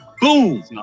Boom